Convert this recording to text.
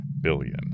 billion